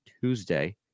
Tuesday